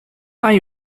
hay